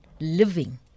living